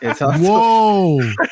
Whoa